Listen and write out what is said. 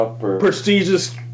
prestigious